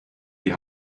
die